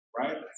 right